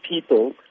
people